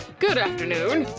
good afternoon,